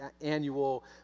annual